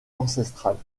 ancestrales